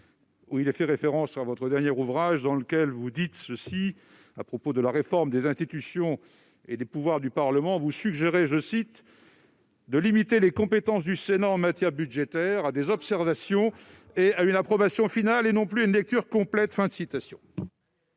où il est fait référence à votre dernier ouvrage dans lequel vous suggérez, à propos de la réforme des institutions et des pouvoirs du Parlement, de « limiter les compétences du Sénat en matière budgétaire à des observations et à une approbation finale, et non plus une lecture complète »